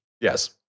Yes